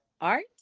art